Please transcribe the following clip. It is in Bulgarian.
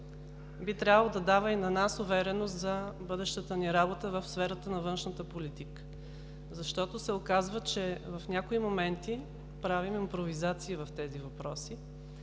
би трябвало да дава и на нас увереност за бъдещата ни работа в сферата на външната политика, защото се оказва, че в някои моменти правим импровизации по тези въпроси.